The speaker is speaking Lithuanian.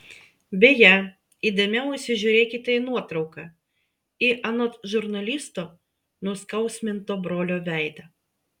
beje įdėmiau įsižiūrėkite į nuotrauką į anot žurnalisto nuskausminto brolio veidą